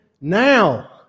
now